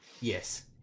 Yes